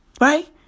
Right